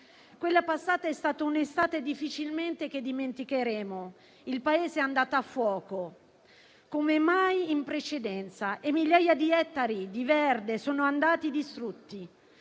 Quella passata è stata un'estate che difficilmente dimenticheremo. Il Paese è andato a fuoco come mai in precedenza e migliaia di ettari di verde sono andati distrutti,